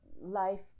life